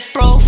Bro